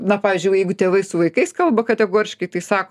na pavyzdžiui jeigu tėvai su vaikais kalba kategoriškai tai sako